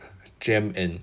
jam and